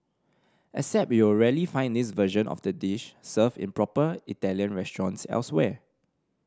except you'll rarely find this version of the dish served in proper Italian restaurants elsewhere